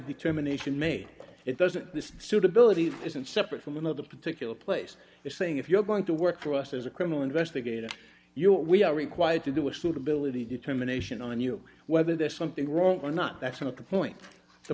be terminated made it doesn't this suitability isn't separate from another particular place you're saying if you're going to work for us as a criminal investigator you know we are required to do a suitability determination on you whether there's something wrong or not that's not the point the